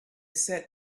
said